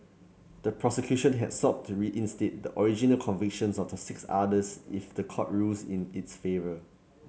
the prosecution had sought to reinstate the original convictions of the six others if the court rules in its favour